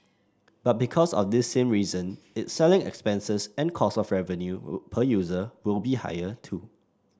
but because of this same reason its selling expenses and cost of revenue per user will be higher too